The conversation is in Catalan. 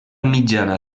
mitjana